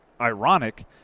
ironic